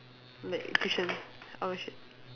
like tuition